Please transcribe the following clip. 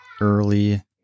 early